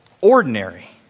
ordinary